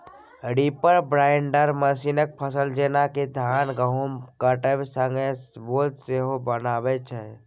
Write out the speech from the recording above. reaper binder मशीनसँ फसल जेना कि धान गहुँमकेँ काटब संगे बोझ सेहो बन्हाबै छै